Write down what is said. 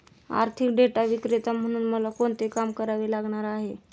आर्थिक डेटा विक्रेता म्हणून मला कोणते काम करावे लागणार आहे?